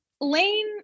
Lane